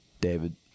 David